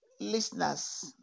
listeners